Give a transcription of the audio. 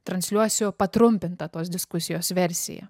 transliuosiu patrumpintą tos diskusijos versiją